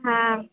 हा